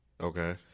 Okay